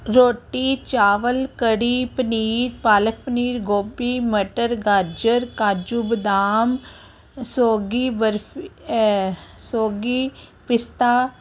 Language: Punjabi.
ਰੋਟੀ ਚਾਵਲ ਕੜੀ ਪਨੀਰ ਪਾਲਕ ਪਨੀਰ ਗੋਭੀ ਮਟਰ ਗਾਜਰ ਕਾਜੂ ਬਦਾਮ ਸੋਗੀ ਬਰਫੀ ਸੋਗੀ ਪਿਸਤਾ